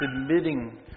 Submitting